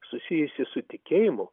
susijusi su tikėjimu